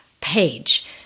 page